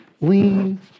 Lean